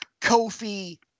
Kofi